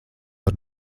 var